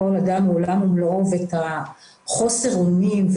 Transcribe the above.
אדם הוא עולם ומלואו את חוסר האונים,